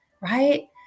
right